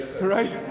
right